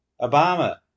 Obama